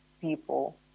people